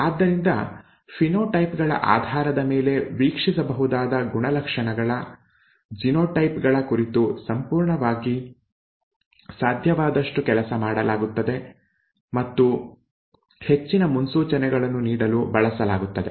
ಆದ್ದರಿಂದ ಫಿನೋಟೈಪ್ ಗಳ ಆಧಾರದ ಮೇಲೆ ವೀಕ್ಷಿಸಬಹುದಾದ ಗುಣಲಕ್ಷಣಗಳ ಜಿನೋಟೈಪ್ ಗಳ ಕುರಿತು ಸಂಪೂರ್ಣವಾಗಿ ಸಾಧ್ಯವಾದಷ್ಟು ಕೆಲಸ ಮಾಡಲಾಗುತ್ತದೆ ಮತ್ತು ಹೆಚ್ಚಿನ ಮುನ್ಸೂಚನೆಗಳನ್ನು ನೀಡಲು ಬಳಸಲಾಗುತ್ತದೆ